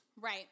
Right